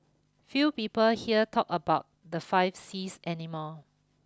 few people here talk about the five Cs any more